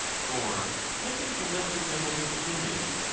for nothing can less resemble his opinions,